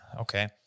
okay